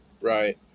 Right